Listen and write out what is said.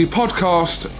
podcast